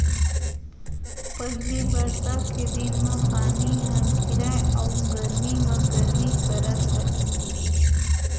पहिली बरसा के दिन म पानी ह गिरय अउ गरमी म गरमी करथ रहिस